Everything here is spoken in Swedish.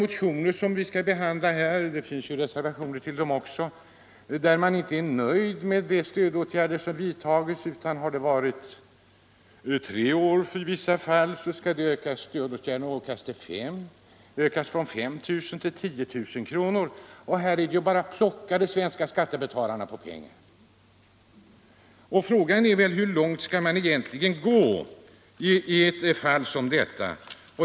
politiken Arbetsmarknadspolitiken Det finns borgerliga motioner och även reservationer som vi nu behandlar där man inte är nöjd med de stödåtgärder som vidtagits utan där man kräver att stödåtgärder som omfattar tre år skall ökas till fem år och där man yrkar på ökningar från 5 000 kr. till 10 000 kr. per anställd. Man vill bara plocka de svenska skattebetalarna på pengar. Frågan är: Hur långt skall samhället egentligen gå i eu fall som detta?